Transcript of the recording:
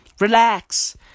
Relax